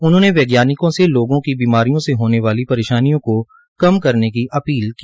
उन्होंने वैज्ञानिकों से लोगों को बीमारियों से होने वाली परेशानियों को कम करने की अपील की